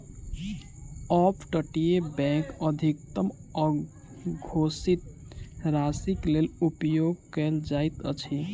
up तटीय bank अधिकतम अघोषित राशिक लेल उपयोग कयल जाइत अछि